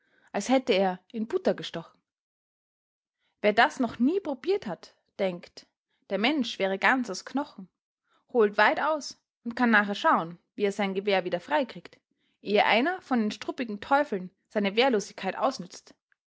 als hätte er in butter gestochen wer das noch nie probiert hat denkt der mensch wäre ganz aus knochen holt weit aus und kann nachher schauen wie er sein gewehr wieder frei kriegt ehe einer von den struppigen teufeln seine wehrlosigkeit ausnützt